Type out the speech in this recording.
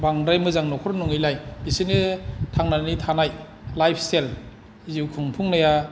बांद्राय मोजां न'खर नङैलाय एसेनो थांनानै थानाय लाइफ स्टाइल जिउ खुंफुंनाया थिग नङामोन